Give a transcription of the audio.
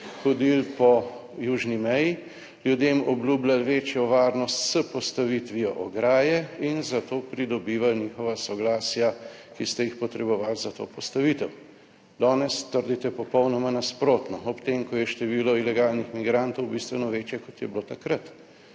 hodili po južni meji, ljudem obljubljali večjo varnost s postavitvijo ograje in za to pridobivali njihova soglasja, ki ste jih potrebovali za to postavitev. Danes trdite popolnoma nasprotno, ob tem, ko je število ilegalnih migrantov bistveno večje, kot je bilo takrat.